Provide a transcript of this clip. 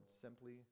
simply